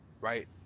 right